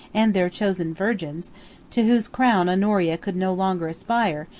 and their chosen virgins to whose crown honoria could no longer aspire,